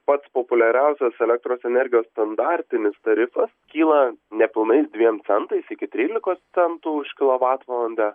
pats populiariausias elektros energijos standartinis tarifas kyla nepilnais dviem centais iki trylikos centų už kilovatvalandę